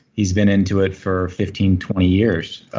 he's been into it for fifteen, twenty years.